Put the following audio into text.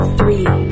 three